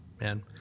man